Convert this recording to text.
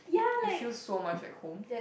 it feels so much like home